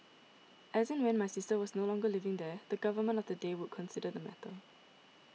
as and when my sister was no longer living there the Government of the day would consider the matter